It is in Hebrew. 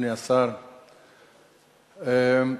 7293,